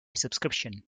subscription